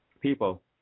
People